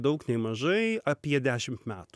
daug nei mažai apie dešimt metų